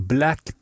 Black